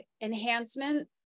enhancement